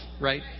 right